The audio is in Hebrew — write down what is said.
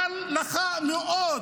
קל לך לראות,